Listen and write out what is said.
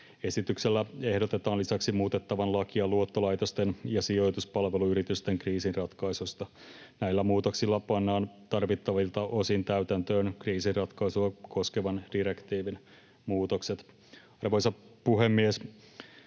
Esityksellä ehdotetaan lisäksi muutettavan lakia luottolaitosten ja sijoituspalveluyritysten kriisinratkaisusta. Näillä muutoksilla pannaan tarvittavilta osin täytäntöön kriisinratkaisua koskevan direktiivin muutokset. Arvoisa puhemies!